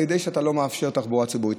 על ידי שלא מאפשרים תחבורה ציבורית.